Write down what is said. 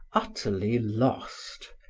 utterly lost.